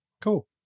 Cool